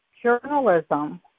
journalism